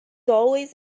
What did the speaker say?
always